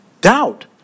doubt